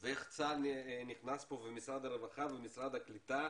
ואיך צה"ל נכנס פה ומשרד הרווחה ומשרד הקליטה